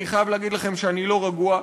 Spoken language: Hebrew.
אני חייב להגיד לכם שאני לא רגוע.